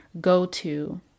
go-to